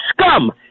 scum